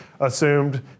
assumed